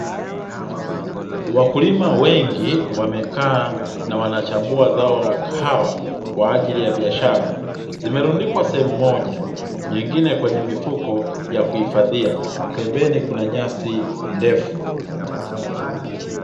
Wakulima wengi wamekaa na wanachagua zao la kahawa kwa ajili ya biashara, zimerundikwa sehemu moja nyingine kwenye mifuko ya kuhifadhia pembeni kuna nyasi ndefu.